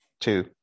two